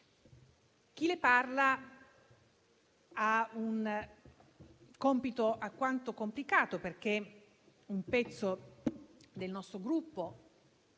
Chi le parla ha un compito alquanto complicato, perché una parte del nostro Gruppo,